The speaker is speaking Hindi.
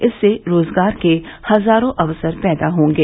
इससे रोजगार के हजारों अवसर पैदा होंगे